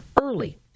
early